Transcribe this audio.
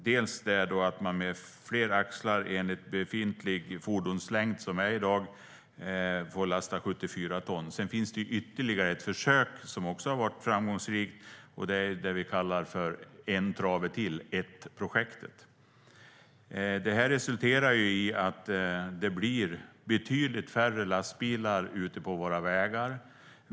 Dels kan man med fler axlar enligt befintlig fordonslängd i dag få lasta 74 ton, dels finns det ytterligare ett försök som också har varit framgångsrikt. Det är det vi kallar för En Trave Till - ETT-projektet. Detta resulterar i betydligt färre lastbilar ute på våra vägar.